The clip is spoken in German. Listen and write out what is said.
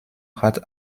hat